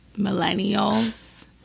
millennials